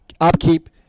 upkeep